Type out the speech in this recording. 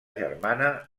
germana